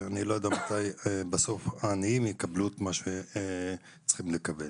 כי אני לא יודע מתי בסוף העניים יקבלו את מה שהם צריכים לקבל.